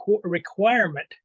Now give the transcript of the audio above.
requirement